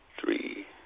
three